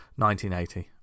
1980